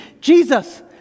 Jesus